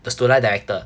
the student life director